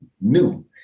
new